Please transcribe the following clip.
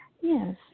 Yes